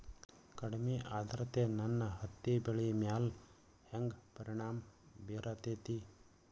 ಕಡಮಿ ಆದ್ರತೆ ನನ್ನ ಹತ್ತಿ ಬೆಳಿ ಮ್ಯಾಲ್ ಹೆಂಗ್ ಪರಿಣಾಮ ಬಿರತೇತಿ?